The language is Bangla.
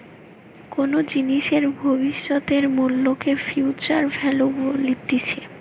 কোনো জিনিসের ভবিষ্যতের মূল্যকে ফিউচার ভ্যালু বলতিছে